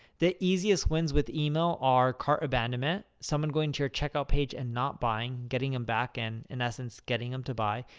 the easiest wins with email are cart abandonment. someone going to your checkout page and not buying, getting them back in, in essence, getting them to buy.